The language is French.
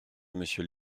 monsieur